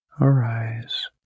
arise